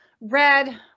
red